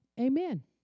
Amen